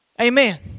Amen